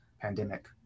pandemic